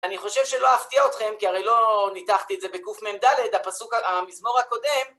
אני חושב שלא אפתיע אתכם, כי הרי לא ניתחתי את זה בקמ"ד, הפסוק אה... המזמור הקודם.